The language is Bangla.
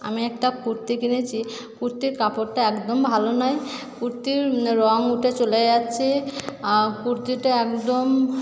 আমি একটা কুর্তি কিনেছি কুর্তির কাপড়টা একদম ভালো নয় কুর্তির রঙ উঠে চলে যাচ্ছে কুর্তিটা একদম